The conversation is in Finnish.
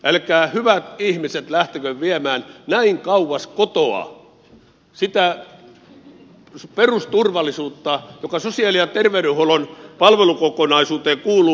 älkää hyvät ihmiset lähtekö viemään näin kauas kotoa sitä perusturvallisuutta joka sosiaali ja terveydenhuollon palvelukokonaisuuteen kuuluu